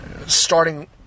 starting